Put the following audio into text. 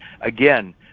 Again